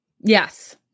Yes